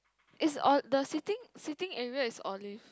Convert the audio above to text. is or the sitting sitting area is olive